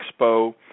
expo